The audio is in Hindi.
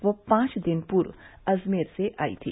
वह पांच दिन पूर्व अजमेर से आयी थी